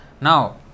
Now